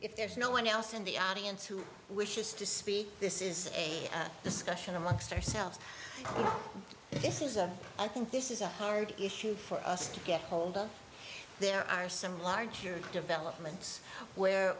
if no one else in the audience who wishes to speak this is a discussion amongst ourselves this is a i think this is a hard issue for us to get hold of there are some larger developments where